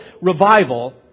revival